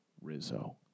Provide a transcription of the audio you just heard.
Rizzo